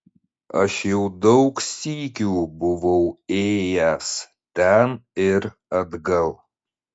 aš jau daug sykių buvau ėjęs ten ir atgal